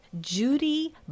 Judy